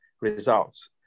results